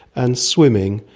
and swimming.